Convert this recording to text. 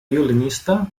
violinista